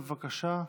בבקשה.